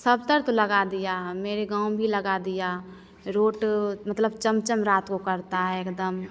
सबतर तो लगा दिया मेरे गाँव में भी लगा दिया रोड मतलब चमचम रात को करती है एकदम